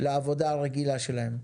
לעבודה הרגילה שלהם.